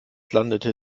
landete